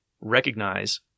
recognize